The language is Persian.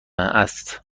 است